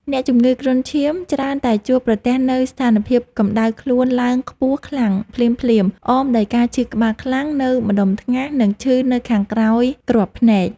អ្នកជំងឺគ្រុនឈាមច្រើនតែជួបប្រទះនូវស្ថានភាពកម្ដៅខ្លួនឡើងខ្ពស់ខ្លាំងភ្លាមៗ អមដោយការឈឺក្បាលខ្លាំងនៅម្ដុំថ្ងាស និងឈឺនៅខាងក្រោយគ្រាប់ភ្នែក។